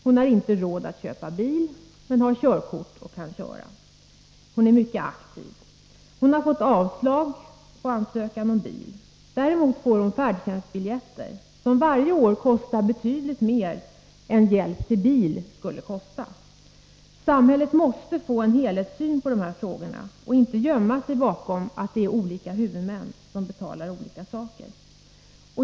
Hon har inte råd att köpa bil, men hon har körkort och hon är mycket aktiv. Hon har fått avslag på ansökan om bidrag till bil. Däremot får hon färdtjänstbiljetter, som varje år kostar betydligt mycket mer än vad hjälp till att köpa bil skulle kosta. Samhället måste ha en helhetssyn på dessa frågor och inte gömma sig bakom att olika huvudmän betalar olika saker.